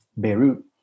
Beirut